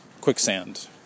quicksand